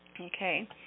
Okay